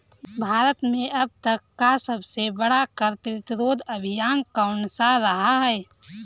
भारत में अब तक का सबसे बड़ा कर प्रतिरोध अभियान कौनसा रहा है?